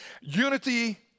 Unity